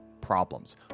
problems